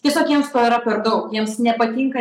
tiesiog jiems to yra per daug jiems nepatinka